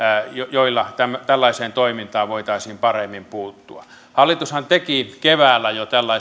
joilla tällaiseen toimintaan voitaisiin paremmin puuttua hallitushan jo keväällä